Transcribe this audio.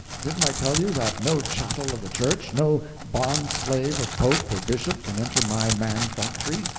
didn't i tell you that no chattel of the church, no bond-slave of pope or bishop can enter my man-factory?